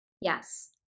Yes